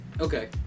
Okay